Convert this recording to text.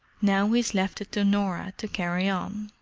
now he's left it to norah to carry on.